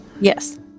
Yes